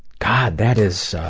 god, that is